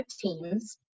teams